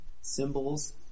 symbols